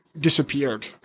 disappeared